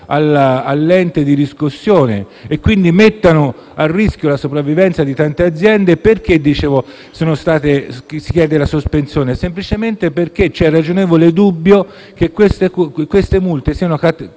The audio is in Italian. all'ente di riscossione e che quindi mettono a rischio la sopravvivenza di tante aziende. Se ne chiede la sospensione semplicemente perché c'è il ragionevole dubbio che queste multe siano